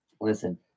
Listen